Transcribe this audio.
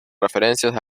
referencias